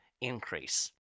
increase